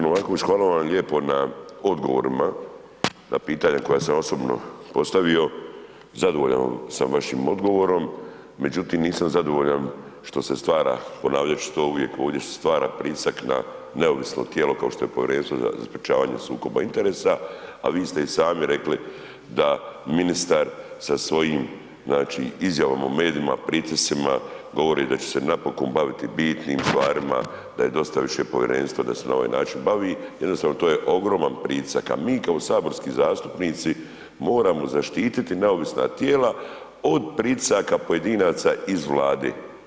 Novaković, hvala vam lijepo na odgovorima, na pitanja koja sam osobno postavio, zadovoljan sam vašim odgovorom, međutim, nisam zadovoljan što se stvara, ponavljat ću to uvijek ovdje, se stvara pritisak na neovisno tijelo kao što je Povjerenstvo za sprječavanje sukoba interesa, a vi ste i sami rekli da ministar sa svojim, znači, izjavama u medijima pritiscima, govori da će se napokon baviti bitnim stvarima, da je dosta više povjerenstva da se na ovaj način bavi, jednostavno to je ogroman pritisak, a mi kao saborski zastupnici moramo zaštititi neovisna tijela od pritisaka pojedinaca iz Vlade.